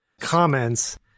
comments